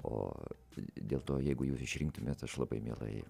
o dėl to jeigu jūs išrinktumėt aš labai mielai